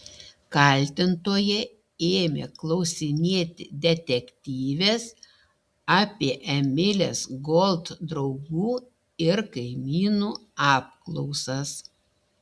kaltintoja ėmė klausinėti detektyvės apie emilės gold draugų ir kaimynų apklausas